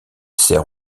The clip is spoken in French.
sert